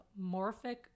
morphic